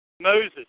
Moses